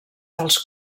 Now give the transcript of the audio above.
dels